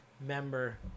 member